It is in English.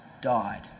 died